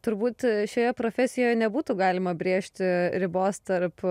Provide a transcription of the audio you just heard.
turbūt šioje profesijoje nebūtų galima brėžti ribos tarp